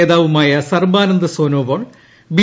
നേതാവുമായ സർബാനന്ദ് സോനോവാൾ ബി